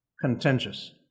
contentious